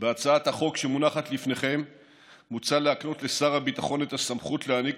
בהצעת החוק שמונחת לפניכם מוצע להקנות לשר הביטחון את הסמכות להעניק